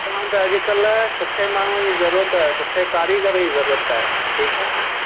हूअं त अॼु कल्ह सुठे माण्हूअ ई ज़रूरत आहे सुठे कारीगर जी ज़रूरत आहे ठीकु आहे न